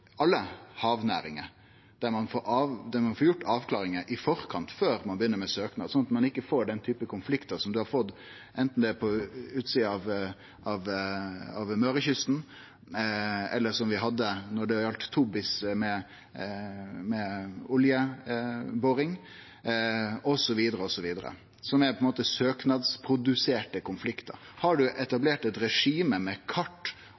alle havnæringar, der ein får gjort avklaringar i forkant, før ein begynner med søknad, sånn at ein ikkje får den typen konfliktar ein har fått, enten det er på utsida av Mørekysten eller som vi hadde då det gjaldt tobis, med oljeboring, osv., osv. Det er på ein måte søknadsproduserte konfliktar. Har ein etablert eit regime med kart,